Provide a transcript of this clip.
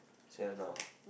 say the now